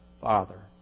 father